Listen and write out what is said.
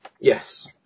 yes